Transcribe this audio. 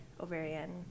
ovarian